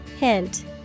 Hint